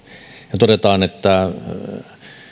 ja todetaan että